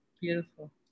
Beautiful